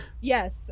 yes